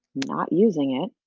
not using it,